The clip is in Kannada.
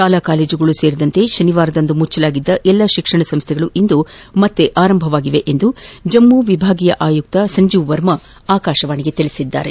ಶಾಲಾ ಕಾಲೇಜುಗಳು ಸೇರಿದಂತೆ ಶನಿವಾರದಂದು ಮುಚ್ಲಲಾಗಿದ್ದ ಎಲ್ಲಾ ಶಿಕ್ಷಣ ಸಂಸ್ಥೆಗಳು ಇಂದು ಪುನಾರಂಭಗೊಳ್ಳಲಿವೆ ಎಂದು ಜಮ್ನು ವಿಭಾಗೀಯ ಆಯುಕ್ತ ಸಂಜೀವ್ ವರ್ಮಾ ಆಕಾಶವಾಣಿಗೆ ತಿಳಿಸಿದ್ದಾರೆ